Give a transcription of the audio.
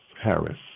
Harris